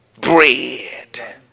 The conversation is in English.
bread